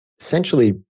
essentially